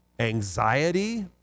Anxiety